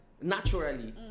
naturally